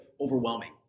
overwhelming